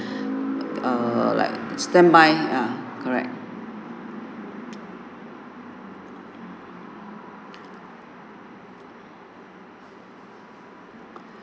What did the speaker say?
err like stand by ah correct